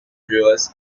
brewers